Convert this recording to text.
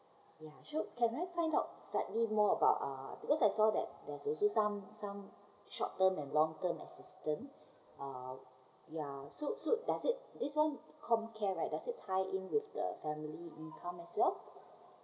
ya sure can I find out slightly more about uh because I saw that there's also some some short term and long term assistance uh ya so so does it this one comcare right does it tied in with the family income as well